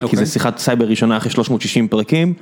כי זה שיחת סייבר ראשונה אחרי 360 פרקים.